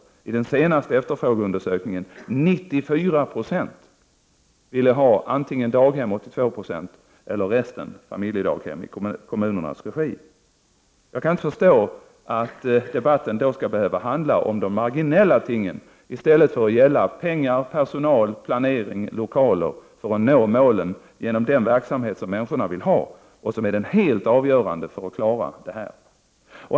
Enligt den senaste efterfrågeundersökningen ville 94 76 ha antingen daghem — 82 Io — eller familjedaghem — det ville resten — i kommunens regi. Jag kan då inte förstå att debatten skall behöva handla om de marginella tingen i stället för att gälla pengar, personal, planering och lokaler för att nå målen genom den verksamhet som människorna vill ha och som är den helt avgörande för att klara det här.